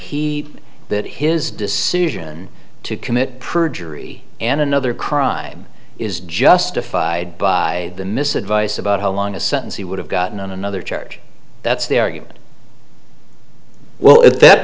he that his decision to commit perjury and another crime is justified by the mis advice about how long a sentence he would have gotten on another charge that's the argument well at that